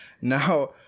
now